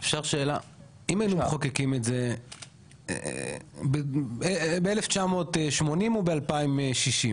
אפשר שאלה אם היו למחוקקים את זה ב- 1980 או ב- 2060,